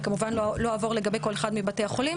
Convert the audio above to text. כמובן לא אעבור לגבי כל אחד מבתי החולים